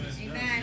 Amen